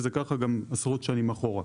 וזה ככה גם עשרות שנים אחורה,